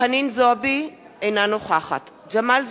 חנין זועבי, אינו נוכחת ג'מאל זחאלקה,